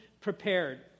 prepared